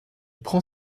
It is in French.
prend